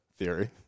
theory